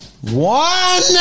One